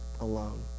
alone